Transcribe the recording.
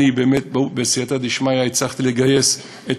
באמת בסייעתא דשמיא הצלחתי לגייס את